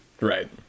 right